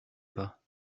pas